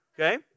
Okay